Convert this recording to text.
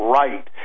right